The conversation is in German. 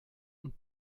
und